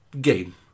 game